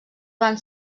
van